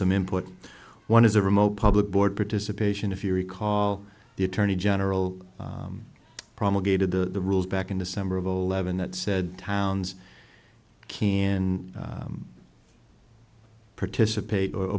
some input one is a remote public board participation if you recall the attorney general promulgated the rules back in december of zero eleven that said towns kin participate or